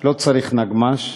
לא צריך נגמ"ש,